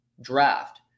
draft